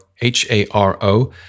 H-A-R-O